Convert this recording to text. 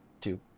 two